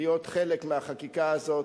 להיות חלק מהחקיקה הזאת.